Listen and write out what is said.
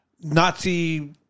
Nazi